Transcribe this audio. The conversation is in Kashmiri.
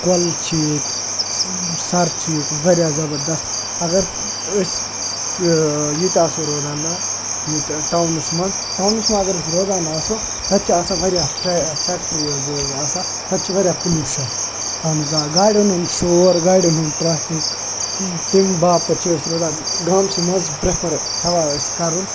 کۄلہٕ چھِ ییٚتہِ سَر چھِ ییٚتہِ واریاہ زَبَردَس اگر أسۍ ییٚتہِ آسو روزان نَہ حظ ییٚتہِ ٹاوُنَس منٛز ٹاونَس منٛز اَگَر أسۍ روزان آسو تَتہِ چھِ آسان واریاہ فٮ۪کٹِرٛیٖز حظ آسان تَتہِ چھِ واریاہ پُلوٗشَن اَہن حظ آ گاڑٮ۪ن ہُنٛد شور گاڑٮ۪ن ہُنٛد ٹرٛیفِک تَمہِ باپَتھ چھِ أسۍ روزان گامسٕے منٛز پرٛٮ۪فَر ہٮ۪وان ٲسۍ کَرُن